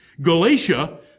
Galatia